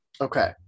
okay